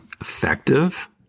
effective